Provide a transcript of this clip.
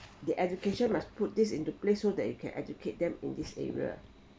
the education must put this into place so that you can educate them in this area